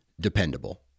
dependable